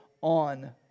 on